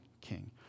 king